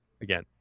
again